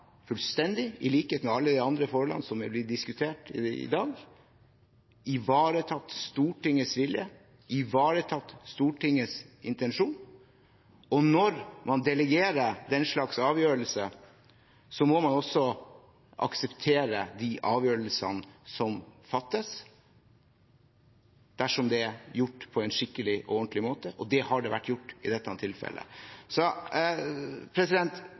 fullstendig, i likhet med alle de andre forholdene som vi har diskutert i dag, ivaretatt Stortingets vilje, ivaretatt Stortingets intensjon. Og når man delegerer den slags avgjørelser, må man også akseptere de avgjørelsene som fattes dersom det er gjort på en skikkelig og ordentlig måte. Det har vært gjort i dette tilfellet.